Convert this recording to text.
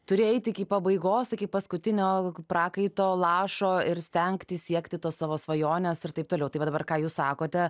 turi eit iki pabaigos iki paskutinio prakaito lašo ir stengtis siekti tos savo svajonės ir taip toliau tai va dabar ką jūs sakote